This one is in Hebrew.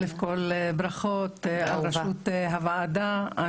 א' כל ברכות לראשות הוועדה.